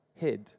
Head